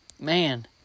man